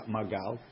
Magal